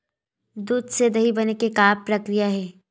दूध से दही बने के का प्रक्रिया हे?